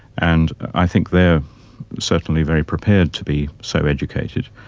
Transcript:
and i think they are certainly very prepared to be so educated.